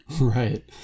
Right